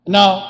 Now